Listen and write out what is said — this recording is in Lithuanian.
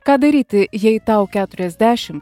ką daryti jei tau keturiasdešim